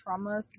traumas